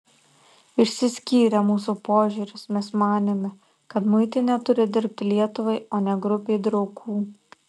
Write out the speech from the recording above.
išsiskyrė mūsų požiūris mes manėme kad muitinė turi dirbti lietuvai o ne grupei draugų